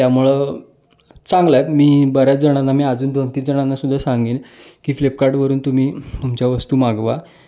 त्यामुळं चांगलं आहे मी बऱ्याच जणांना मी अजून दोन तीन जणांनासुद्धा सांगेन की फ्लिपकार्टवरून तुम्ही तुमच्या वस्तू मागवा